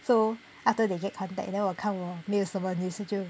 so after they get contact then 我看我没有什么 news 我就